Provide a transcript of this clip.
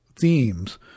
themes